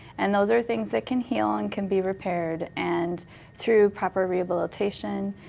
and those are things that can heal and can be repaired and through proper rehabilitation,